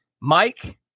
Mike